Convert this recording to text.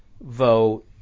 Vote